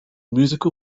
musical